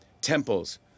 Temples